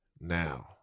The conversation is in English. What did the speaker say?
now